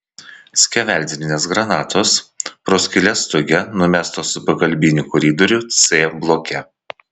skeveldrinės granatos pro skyles stoge numestos į pagalbinį koridorių c bloke